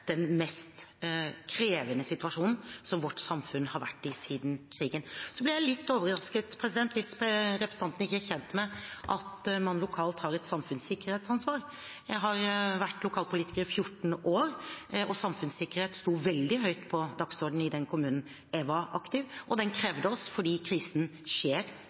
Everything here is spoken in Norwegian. den mest krevende situasjonen vårt samfunn har vært i siden krigen. Jeg blir litt overrasket hvis representanten ikke er kjent med at man lokalt har et samfunnssikkerhetsansvar. Jeg har vært lokalpolitiker i 14 år, og samfunnssikkerhet sto veldig høyt på dagsordenen i kommunen der jeg var aktiv, og den krevde oss fordi krisen skjer